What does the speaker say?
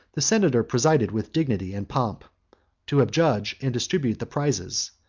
the senator presided with dignity and pomp to adjudge and distribute the prizes,